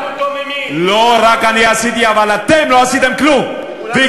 חוץ ממך לא עשו שום דבר.